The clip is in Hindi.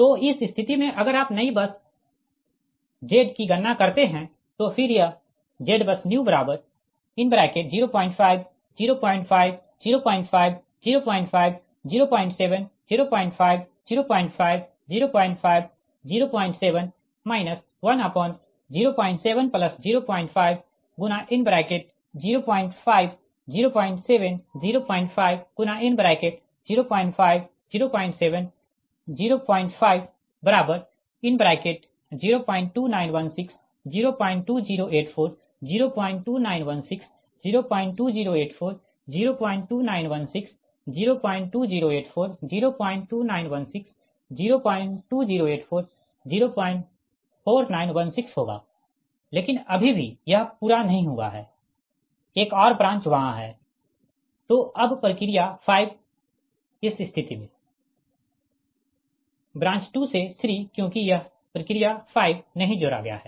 तो इस स्थिति में अगर आप नई Z बस की गणना करते है तो फिर यह ZBUSNEW05 05 05 05 07 05 05 05 07 1070505 07 05 05 07 05 02916 02084 02916 02084 02916 02084 02916 02084 04916 होगा लेकिन अभी भी यह पूरा नहीं हुआ है एक और ब्रांच वहाँ है तो अब प्रक्रिया 5 इस स्थिति में ब्रांच 2 से 3 क्योंकि यह प्रक्रिया 5 नही जोड़ा गया है